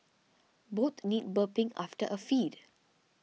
both need burping after a feed